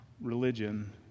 religion